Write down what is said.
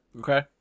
Okay